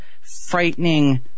frightening